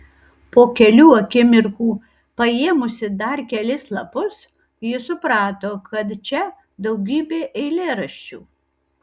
po kelių akimirkų paėmusi dar kelis lapus ji suprato kad čia daugybė eilėraščių